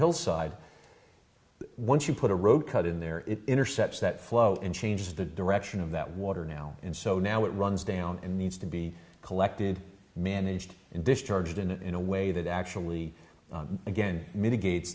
hillside but once you put a road cut in there it intercepts that flow and change the direction of that water now and so now it runs down in needs to be collected managed and discharged in a way that actually again mitigate